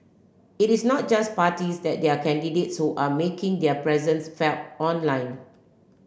it is not just parties that their candidates who are making their presence felt online